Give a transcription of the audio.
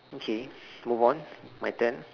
okay move on my turn